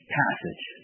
passage